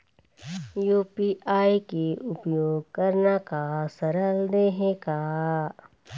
UPI के उपयोग करना का सरल देहें का?